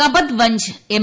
Kapadvanj M